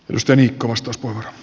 arvoisa puhemies